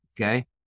okay